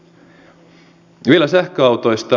ja vielä sähköautoista